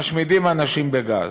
משמידים אנשים בגז.